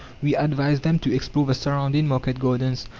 we advise them to explore the surrounding market-gardens.